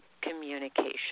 communication